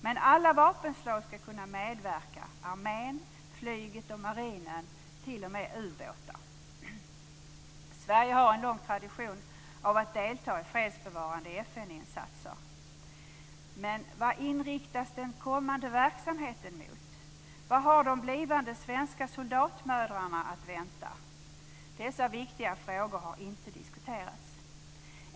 Men alla vapenslag ska kunna medverka - Sverige har en lång tradition av att delta i fredsbevarande FN-insatser. Men vad inriktas den kommande verksamheten mot? Vad har de blivande svenska soldatmödrarna att vänta? Dessa viktiga frågor har inte diskuterats.